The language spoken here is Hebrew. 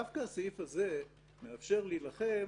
דווקא הסעיף הזה מאפשר להילחם